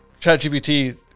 ChatGPT